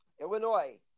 Illinois